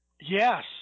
Yes